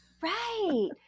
Right